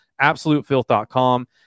AbsoluteFilth.com